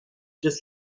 des